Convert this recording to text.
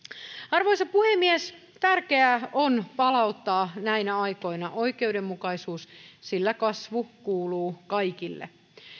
arvoisa puhemies tärkeää on palauttaa näinä aikoina oikeudenmukaisuus sillä kasvu kuuluu kaikille